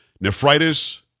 nephritis